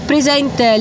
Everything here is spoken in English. Presente